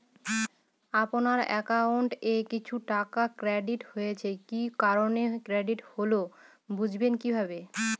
আপনার অ্যাকাউন্ট এ কিছু টাকা ক্রেডিট হয়েছে কি কারণে ক্রেডিট হল বুঝবেন কিভাবে?